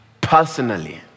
personally